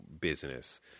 business